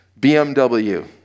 BMW